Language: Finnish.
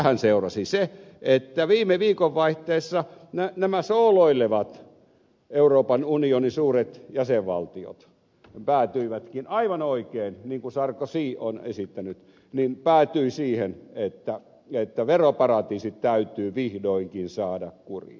tästähän seurasi se että viime viikonvaihteessa nämä sooloilevat euroopan unionin suuret jäsenvaltiot päätyivätkin aivan oikein niin kuin sarkozy on esittänyt siihen että veroparatiisit täytyy vihdoinkin saada kuriin